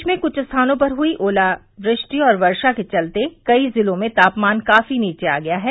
प्रदेश में कुछ स्थानों पर हई वर्षा और ओलावृष्टि के चलते कई जिलों में तापमान काफी नीचे आ गया है